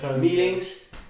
meetings